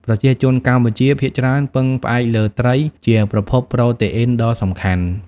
ប្រជាជនកម្ពុជាភាគច្រើនពឹងផ្អែកលើត្រីជាប្រភពប្រូតេអ៊ីនដ៏សំខាន់។